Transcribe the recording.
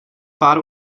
pár